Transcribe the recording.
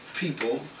people